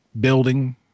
building